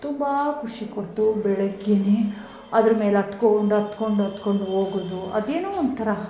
ತುಂಬ ಖುಷಿ ಕೊಡ್ತು ಬೆಳಗ್ಗೆನೇ ಅದ್ರ ಮೇಲೆ ಹತ್ಕೊಂಡ್ ಹತ್ಕೊಂಡ್ ಹತ್ಕೊಂಡ್ ಹೋಗೋದು ಅದು ಏನೋ ಒಂಥರ